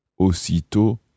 Aussitôt